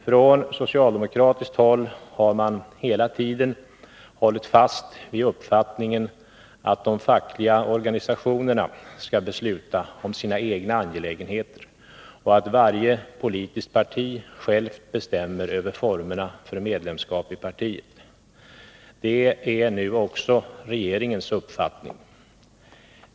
Från socialdemokratiskt håll har man hela tiden hållit fast vid uppfattningen att de fackliga organisationerna skall besluta om sina egna angelägenheter och att varje politiskt parti självt bestämmer över formerna för medlemskap i partiet. Detta är nu också regeringens uppfattning.